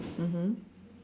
mmhmm